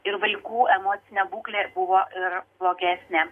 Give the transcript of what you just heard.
ir vaikų emocinė būklė buvo ir blogesnė